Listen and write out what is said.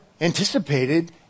anticipated